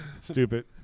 Stupid